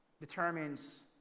determines